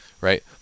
right